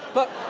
but